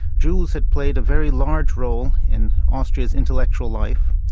jews had played a very large role in austria's intellectual life.